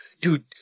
dude